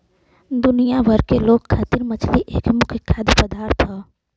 दुनिया भर के लोग खातिर मछरी एक मुख्य खाद्य पदार्थ हौ